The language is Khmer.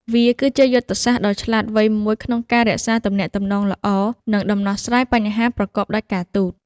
វាគឺជាយុទ្ធសាស្ត្រដ៏ឆ្លាតវៃមួយក្នុងការរក្សាទំនាក់ទំនងល្អ និងដោះស្រាយបញ្ហាប្រកបដោយការទូត។